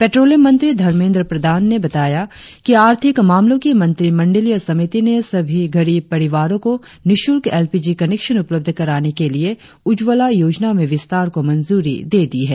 petroleum मंत्री धर्मेंद्र प्रधाण ने बताया कि आर्थिक मामलों की मंत्रिमंडलीय समिति ने सभी गरीब परिवारों को निशुल्क एल पी जी कनेक्शन उपलब्ध कराने के लिए उज्ज्वला योजना में विस्तार को मंजूरी दे दी है